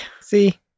See